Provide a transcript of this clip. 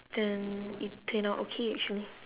then it turn out okay actually